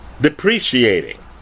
depreciating